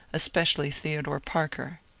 especially theodore parker.